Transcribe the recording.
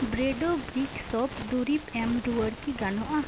ᱵᱤᱭᱟᱨᱰᱳ ᱵᱨᱤᱠ ᱥᱳᱯ ᱫᱩᱨᱤᱵᱽ ᱮᱢ ᱨᱩᱣᱟᱹᱲ ᱠᱤ ᱜᱟᱱᱚᱜᱼᱟ